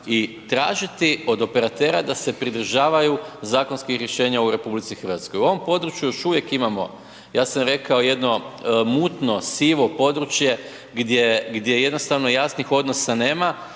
i tražiti od operatera da se pridržavaju zakonskih rješenja u RH. U ovom području još uvijek imamo ja sam rekao mutno, sivo područje gdje jednostavno jasnih odnosa nema